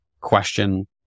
question